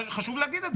חשוב להגיד את זה.